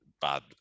bad